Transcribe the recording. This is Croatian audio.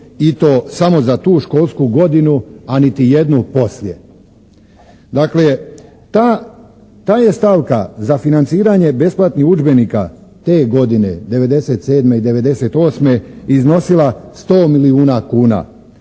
i to samo za tu školsku godinu, a niti jednu poslije. Dakle, ta je stavka za financiranje besplatnih udžbenika te godine '97. i '98. iznosila 100 milijuna kuna,